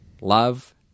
love